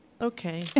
Okay